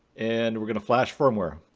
and we're gonna flash firmware.